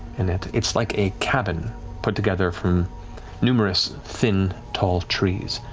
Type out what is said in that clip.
and and it's like a cabin put together from numerous thin, tall trees.